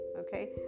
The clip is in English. okay